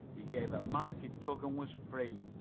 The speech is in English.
he gave a mighty tug and was free.